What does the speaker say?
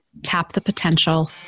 tapthepotential